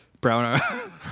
Brown